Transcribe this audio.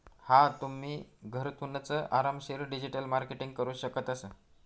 हा तुम्ही, घरथूनच आरामशीर डिजिटल मार्केटिंग करू शकतस